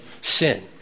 sin